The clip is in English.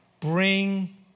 bring